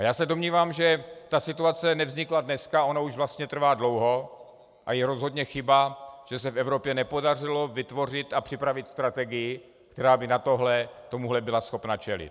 Já se domnívám, že ta situace nevznikla dneska, ona už vlastně trvá dlouho a je rozhodně chyba, že se v Evropě nepodařilo vytvořit a připravit strategii, která by tomuhle byla schopna čelit.